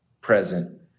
present